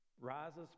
rises